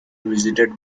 visited